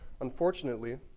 unfortunately